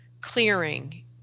clearing